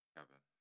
Kevin